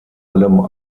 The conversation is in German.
allem